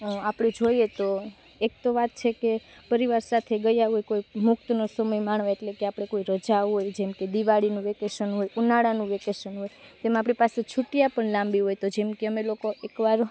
આપણે જોઈએ તો એક તો વાત છે કે પરિવાર સાથે ગયાં હોય કોઈ મુક્તનો સમય માણવા એટલે કે આપણે કોઈ રજા હોય જેમ કે દિવાળીનું વેકેશન હોય ઉનાળાનું વેકેશન હોય તેમાં આપણી પાસે છુટ્ટીઓ પણ લાંબી હોય તો જેમ કે અમે લોકો એક વાર